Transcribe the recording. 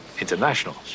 Internationals